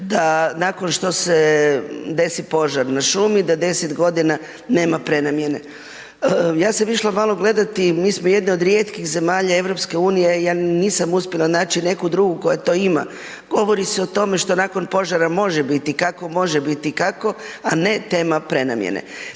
da nakon što se desi požar na šumi da 10 godina nema prenamijene. Ja sam išla malo gledati, mi smo jedna od rijetkih EU i ja nisam uspjela naći neku drugu koja to ima, govori se o tome što nakon požara može biti, kako može biti, kako, a ne tema prenamijene.